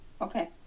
Okay